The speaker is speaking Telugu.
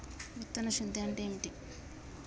విత్తన శుద్ధి అంటే ఏంటి?